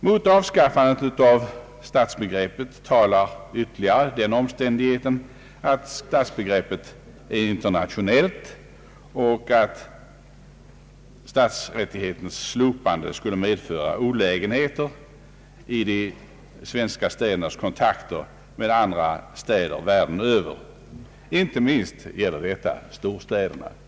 Mot avskaffandet av stadsbeteckningen talar ytterligare den omständigheten att det är ett internationellt begrepp och att stadsrättigheternas slopande skulle medföra olägenheter i de svenska städernas kontakter med andra städer världen över. Inte minst gäller detta storstäderna.